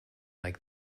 like